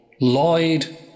Lloyd